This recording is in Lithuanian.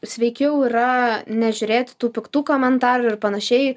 sveikiau yra nežiūrėti tų piktų komentarų ir panašiai